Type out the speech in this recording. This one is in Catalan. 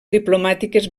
diplomàtiques